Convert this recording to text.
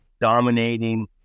dominating